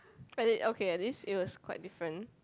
at least okay at least it was quite different